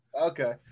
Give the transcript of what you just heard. Okay